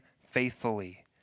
faithfully